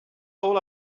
all